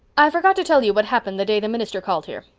i forgot to tell you what happened the day the minister called here.